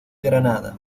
granada